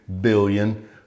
billion